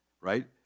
right